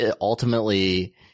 ultimately